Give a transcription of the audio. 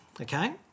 okay